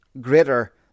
greater